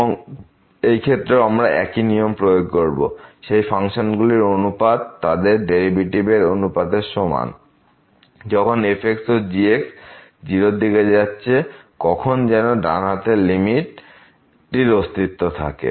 এবং এই ক্ষেত্রেও আমরা একই নিয়ম প্রয়োগ করব সেই ফাংশন গুলির অনুপাত তাদের ডেরিভেটিভ এর অনুপাত এর সমান যখন f ও g 0 র দিকে যাচ্ছে কখন যেন ডান হাতের লিমিটটির অস্তিত্ব থাকে